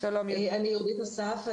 אני יהודית אסף,